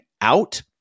out